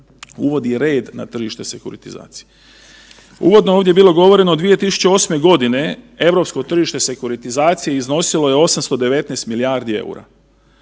uvodi red na tržište sekuritizacije. Uvodno je ovdje bilo govoreno od 2008. godine europske tržište sekuritizacije iznosilo je 819 milijardi eura,